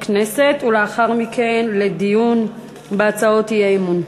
הכנסת ולאחר מכן לדיון בהצעות האי-אמון.